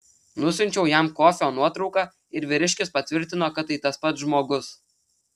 nusiunčiau jam kofio nuotrauką ir vyriškis patvirtino kad tai tas pats žmogus